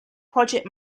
project